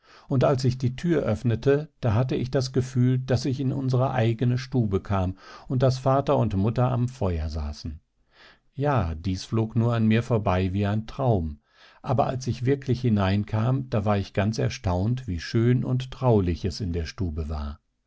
und als ich die tür öffnete da hatte ich das gefühl daß ich in unsere eigene stube kam und daß vater und mutter am feuer saßen ja dies flog nur an mir vorbei wie ein traum aber als ich wirklich hineinkam da war ich ganz erstaunt wie schön und traulich es in der stube war